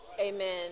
Amen